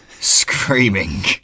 screaming